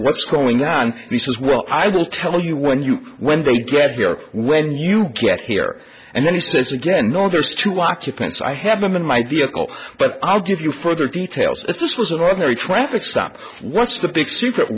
what's going on he says well i will tell you when you when they get here when you get here and then he says again or goes to walk you can say i have them in my vehicle but i'll give you further details if this was an ordinary traffic stop what's the big secret